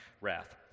wrath